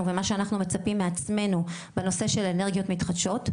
ומה שאנחנו מצפים מעצמנו בנושא של אנרגיות מתחדשות,